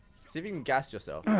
see if you can gas yourself